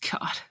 God